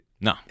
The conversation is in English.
No